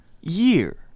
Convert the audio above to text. year